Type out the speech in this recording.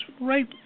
Right